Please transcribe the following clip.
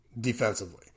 defensively